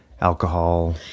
alcohol